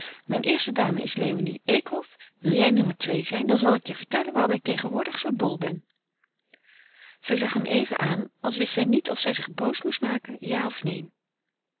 mijn eerste dame is léonie eekhof wil jij nummer twee zijn dan zal ik je vertellen waarom ik tegenwoordig zoo dol ben zij zag hem even aan als wist zij niet of zij zich boos moest maken ja of neen